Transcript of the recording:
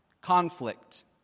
conflict